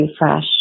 refresh